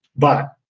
but,